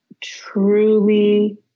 truly